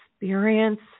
experience